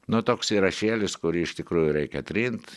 nu toks įrašėlis kurį iš tikrųjų reikia trint